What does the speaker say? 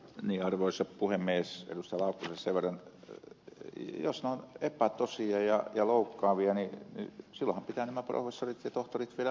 laukkaselle sen verran että jos he ovat epätosia ja loukkaavia niin silloinhan pitää nämä professorit ja tohtorit viedä oikeuteen